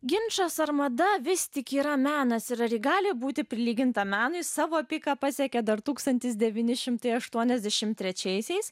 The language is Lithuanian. ginčas ar mada vis tik yra menas ir ji gali būti prilyginta menui savo piką pasiekė dar tūkstantis devyni šimtai aštuoniasdešimt trečiaisiais